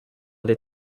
des